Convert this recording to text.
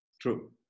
True